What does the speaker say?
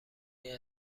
این